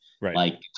Right